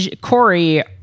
Corey